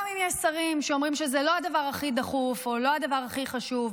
גם אם יש שרים שאומרים שזה לא הדבר הכי דחוף או לא הדבר הכי חשוב,